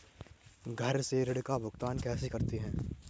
घर से ऋण का भुगतान कैसे कर सकते हैं?